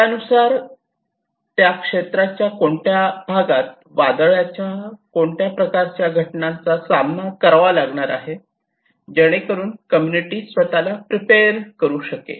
त्या क्षेत्राच्या कोणत्या भागात वादळाच्या कोणत्या प्रकारच्या घटनांचा सामना करावा लागणार आहे जेणेकरून कम्युनिटी स्वतःला प्रिपेअर करू शकेल